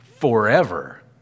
forever